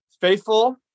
faithful